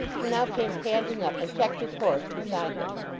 who now came panting up, and checked his horse beside them.